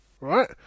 right